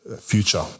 future